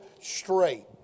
straight